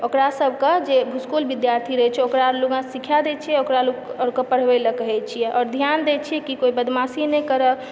ओकरा सभकेँ जे भुसकौल विद्यार्थी रहय छै ओकरा लोग सिखाय दय छियै ओकरा लोकके पढ़बयलऽ कहैत छियै आओर ध्यान दय छियै कि कोइ बदमाशी नहि करय